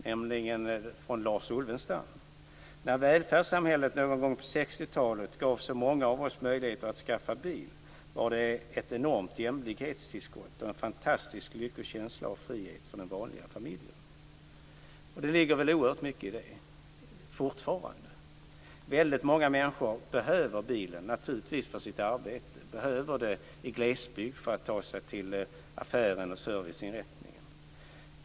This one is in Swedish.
Det är ett citat av Lars Ulvenstam: "När välfärdssamhället någon gång på 60-talet gav så många av oss möjlighet att skaffa bil, var det ett enormt jämlikhetstillskott och en fantastisk lyckokänsla av frihet för den vanliga familjen." Det ligger väl fortfarande oerhört mycket i det. Väldigt många människor behöver naturligtvis bilen för sitt arbete. Man behöver den i glesbygd för att ta sig till affärer och serviceinrättningar.